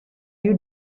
you